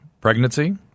pregnancy